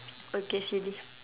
okay silly